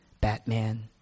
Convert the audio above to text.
Batman